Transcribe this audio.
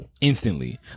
Instantly